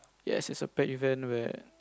yes it's a pet event where